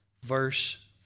verse